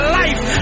life